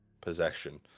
possession